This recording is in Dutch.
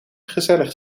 gezellig